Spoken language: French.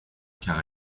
car